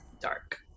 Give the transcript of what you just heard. dark